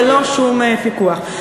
ללא שום פיקוח?